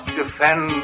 defend